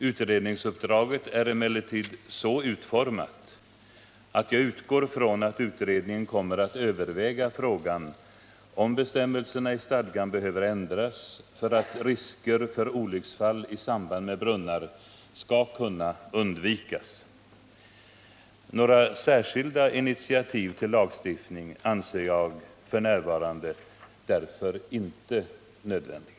Utredningsuppdraget är emellertid så utformat att jag utgår från att utredningen kommer att överväga frågan om bestämmelserna i stadgan behöver ändras för att risker för olycksfall i samband med brunnar skall kunna undvikas. Några särskilda initiativ till lagstiftning anser jag f. n. därför inte nödvändiga.